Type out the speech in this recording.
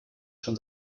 schon